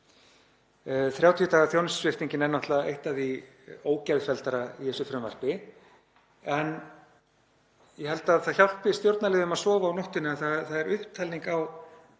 30 daga þjónustusviptingin er náttúrlega eitt af því ógeðfelldara í þessu frumvarpi en ég held að það hjálpi stjórnarliðum að sofa á nóttunni að það er upptalning á